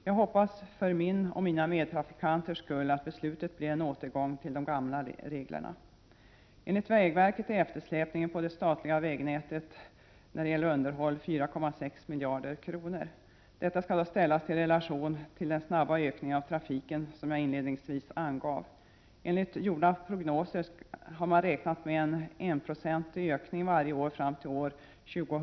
Jag hoppas för min och mina medtrafikanters skull att beslutet innebär en återgång till de gamla reglerna. Enligt vägverket är eftersläpningen på det statliga vägnätet när det gäller underhåll 4,6 miljarder kronor. Detta skall då ställas i relation till den snabba ökningen av trafiken, som jag inledningsvis redogjorde för. Enligt gjorda prognoser har man räknat med en enprocentig ökning varje år fram till år 2000.